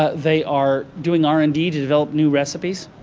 ah they are doing r and d to develop new recipes.